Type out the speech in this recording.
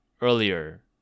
earlier